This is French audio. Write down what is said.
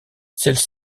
celles